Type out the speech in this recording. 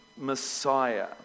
Messiah